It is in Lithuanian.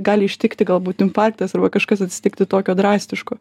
gali ištikti galbūt infarktas arba kažkas atsitikti tokio drastiško